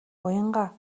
уянгаа